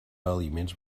aliments